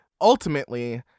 ultimately